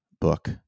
book